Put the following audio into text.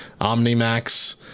Omnimax